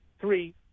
Three